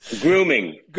Grooming